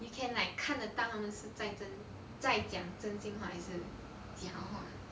you can like 看得到他们是在真在讲真心话还是假话